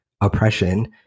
oppression